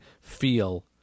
feel